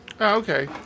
Okay